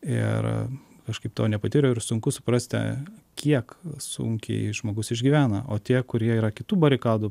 ir aš kaip to nepatyriau ir sunku suprasti kiek sunkiai žmogus išgyvena o tie kurie yra kitų barikadų